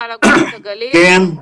מנכ"ל אגודת הגליל, בבקשה.